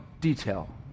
detail